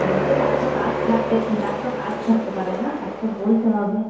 নিশ্চয়ই তার তো কাজ থাকতে তার তো কাজ থাকতে পারে না তাকে তো বলতে হবে